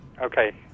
Okay